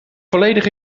volledig